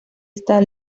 esta